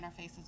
interfaces